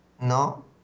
No